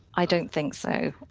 i don't think so.